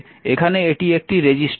এখানে এটি একটি রেজিস্টর আছে